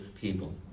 people